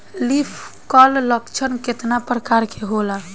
Leaf curl लक्षण केतना परकार के होला?